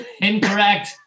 Incorrect